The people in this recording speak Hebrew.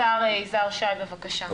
השר יזהר שי, בבקשה.